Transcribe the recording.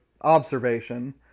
observation